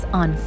on